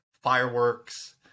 fireworks